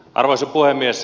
arvoisa puhemies